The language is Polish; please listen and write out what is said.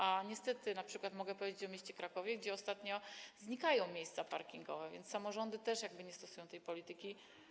A niestety np. mogę powiedzieć, że w mieście Krakowie ostatnio znikają miejsca parkingowe, więc samorządy też nie stosują tej polityki.